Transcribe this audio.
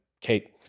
Kate